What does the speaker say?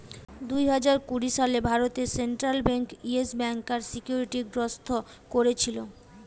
দুই হাজার কুড়ি সালে ভারতে সেন্ট্রাল বেঙ্ক ইয়েস ব্যাংকার সিকিউরিটি গ্রস্ত কোরেছিল